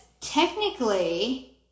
technically